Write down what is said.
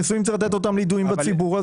נשואים צריך לתת לידועים בציבור.